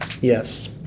yes